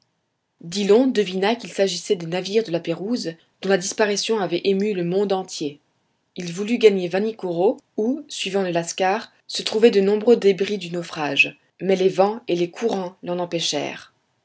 dillon devina qu'il s'agissait des navires de la pérouse dont la disparition avait ému le monde entier il voulut gagner vanikoro où suivant le lascar se trouvaient de nombreux débris du naufrage mais les vents et les courants l'en